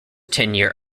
tenure